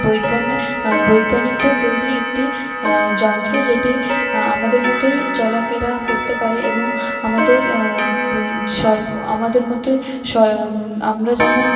বিজ্ঞানের বৈজ্ঞানিকদের তৈরি একটি যন্ত্র যেটি আমাদের মতোই চলা ফেরা করতে পারে এবং আমাদের স্বল্প আমাদের মতোই স্বয়ং আমরা যেমন